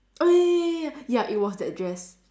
!oi! ya it was that dress